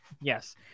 yes